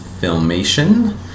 Filmation